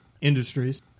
Industries